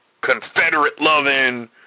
Confederate-loving